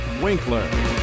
Winkler